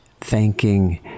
thanking